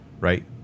Right